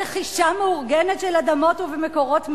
ברכישה מאורגנת של אדמות ובמקורות מימון.